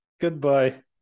goodbye